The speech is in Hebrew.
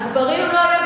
הגברים הם לא אויב.